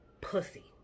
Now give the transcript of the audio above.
pussy